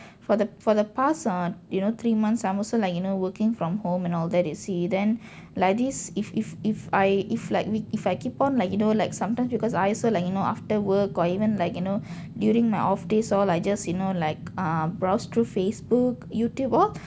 for the for the past uh you know three months I'm also like you know working from home and all that you see then like this if if if I if like I if I keep on like you know like sometimes because I also like you know after work or even like you know during my off days all I just you know like ah browse through Facebook YouTube all